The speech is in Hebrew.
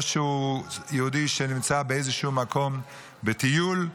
או שהוא יהודי שנמצא באיזשהו מקום בטיול,